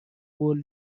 قول